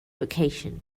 vacation